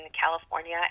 California